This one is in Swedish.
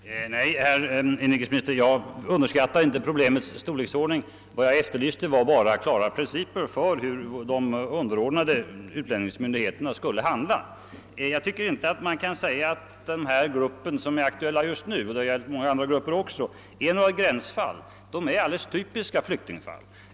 Herr talman! Nej, herr inrikesminister, jag underskattar inte problemets storleksordning. Vad jag efterlyste var bara klara principer för hur de underordnade utlänningsmyndigheterna skulle handla. Jag tycker inte man kan säga att den grupp som är aktuell just nu — det har ju gällt många andra grupper också — utgör ett gränsfall. De som ingår i gruppen är helt typiska flyktingfall.